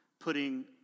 putting